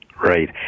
Right